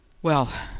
well,